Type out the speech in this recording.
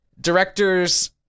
Directors